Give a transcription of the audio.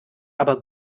aber